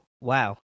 wow